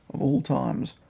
all times,